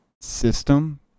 system